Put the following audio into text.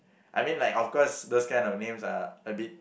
I mean like of course those kind of names are a bit